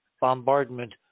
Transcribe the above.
bombardment